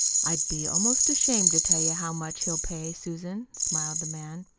i'd be almost ashamed to tell you how much he'll pay, susan, smiled the man.